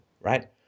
right